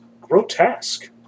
grotesque